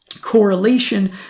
correlation